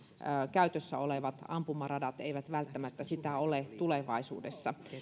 käytössä olevat ampumaradat eivät välttämättä sitä ole tulevaisuudessa